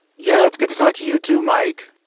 yeah. it's good to talk to you, too, mike.